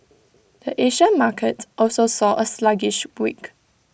the Asia market also saw A sluggish week